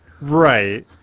Right